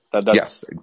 Yes